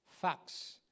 facts